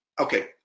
Okay